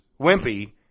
wimpy